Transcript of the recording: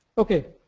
okay,